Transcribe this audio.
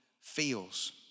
feels